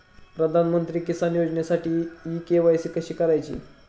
प्रधानमंत्री किसान योजनेसाठी इ के.वाय.सी कशी करायची?